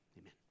amen